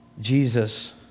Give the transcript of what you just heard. Jesus